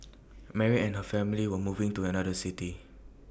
Mary and her family were moving to another city